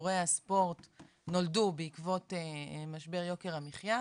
הספורט נולדו בעקבות משבר יוקר המחיה,